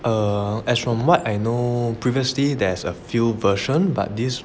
err as from what I know previously there's a few version but this